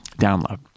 download